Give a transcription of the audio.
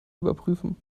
überprüfen